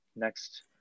next